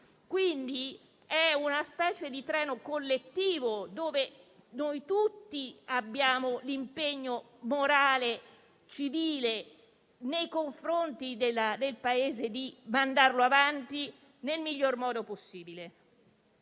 quindi di una specie di treno collettivo, che tutti noi abbiamo l'impegno morale e civile, nei confronti del Paese, di mandare avanti nel miglior modo possibile.